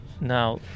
now